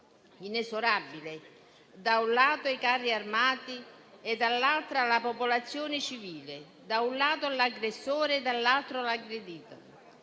inesorabile: da un lato i carri armati e dall'altro la popolazione civile; da un lato l'aggressore e dall'altro l'aggredito.